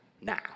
now